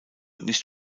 nicht